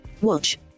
Watch